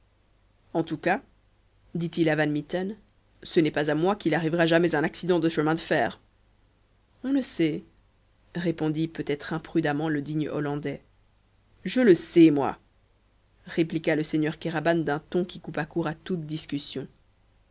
en tout cas dit-il à van mitten ce n'est pas à moi qu'il arrivera jamais un accident de chemin de fer on ne sait répondit peut-être imprudemment le digne hollandais je le sais moi répliqua le seigneur kéraban d'un ton qui coupa court à toute discussion